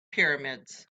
pyramids